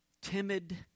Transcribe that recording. timid